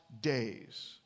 days